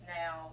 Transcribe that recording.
now